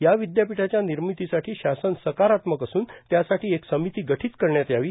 या विद्यापीठाच्या निर्मितीसाठी शासन सकारात्मक असून त्यासाठी एक समिती गठित करण्यात यावी